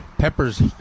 Peppers